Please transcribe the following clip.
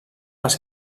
les